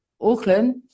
auckland